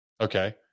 okay